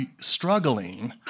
struggling